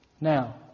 Now